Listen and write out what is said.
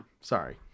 Sorry